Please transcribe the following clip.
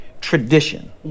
tradition